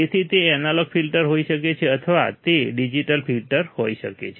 તેથી તે analog filter હોઈ શકે છે અથવા તે ડિજિટલ ફિલ્ટર હોઈ શકે છે